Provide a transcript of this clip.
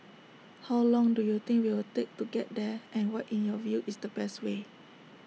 how long do you think we'll take to get there and what in your view is the best way